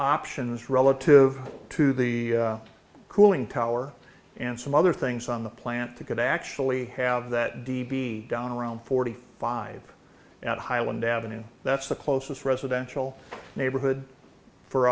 options relative to the cooling tower and some other things on the plant to could actually have that d be down around forty five at highland avenue that's the closest residential neighborhood for